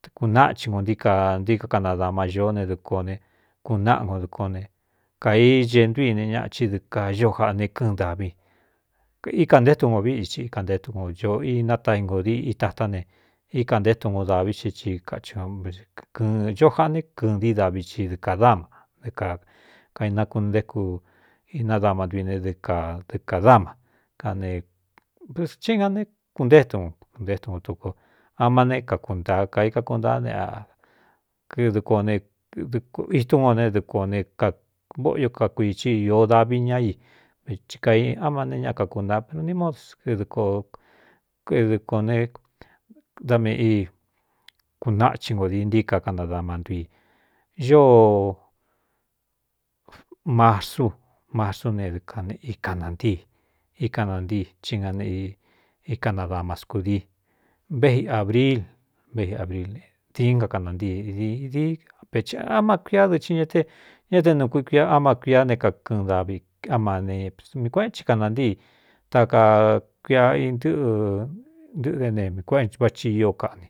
Ekūnáꞌchi ko ntií ka ntíí ka kanadama ñoó ne dɨko ne kuꞌɨnáꞌa nko dɨko ne kaiñe ntú ine ñaaí dɨ kajꞌ ne kɨ́ɨn davi kíka nté tun ngo ví ii ika ntéetun nko ñoo inataingodii itatá ne íka nté tungo dāvi xí i kai kɨɨn ño jaꞌa né kɨɨn dii davi ci dɨɨ kādama dɨ kākainakuꞌntéku inadama ntui ne dɨ ka dɨ kādama anehééna ne kuntéetun nkokntétuno tuku ama ne kakuntaa kaikakuntáá ne akdɨkuo nitúno né dɨkuo ne kaóꞌo yó kakui ci īō davi ña i ka áma neé ña kakuntaꞌa pero ni módkdɨkuā ne da meꞌ í kunachin ngo di ntíí ka canadama ntui ñoo marsú marsú ne ɨkn ikanāntíi ikanantíi chí ña ne ikanada ma scūdi vi ābril vi abril diíngakanantíi dí e áma kuiá dɨ i ña e ña te nuu kuikuámá kuia ne kakɨɨn davi ámanep mi kuéꞌen ci kanantíi ta ka kuia inɨ́ꞌɨ ntɨꞌɨdé neꞌvá chi í kaꞌni